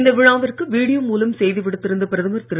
இந்த விழாவிற்கு வீடியோ மூலம் செய்தி விடுத்திருந்த பிரதமர் திரு